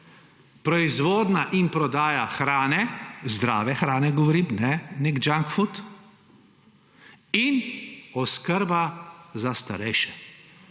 proizvodnja in prodaja hrane, zdrave hrane govorim, kajne, ne junk food, in oskrba za starejše.